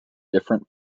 different